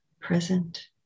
present